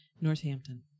Northampton